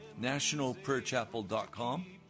nationalprayerchapel.com